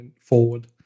forward